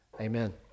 amen